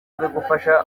bigufasha